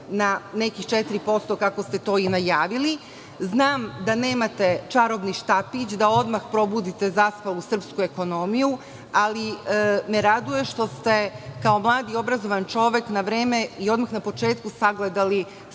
na nekih 4% kako ste to i najavili. Znam da nemate čarobni štapić, da odmah probudite zaspalu srpsku ekonomiju, ali me raduje što ste kao mlad i obrazovan čovek na vreme i odmah na početku sagledali sve